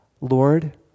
Lord